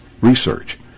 research